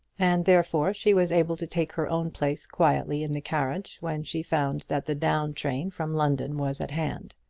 and therefore she was able to take her own place quietly in the carriage when she found that the down-train from london was at hand.